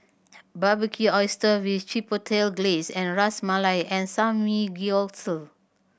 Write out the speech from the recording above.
Barbecued Oyster with Chipotle Glaze Ras Malai and Samgyeopsal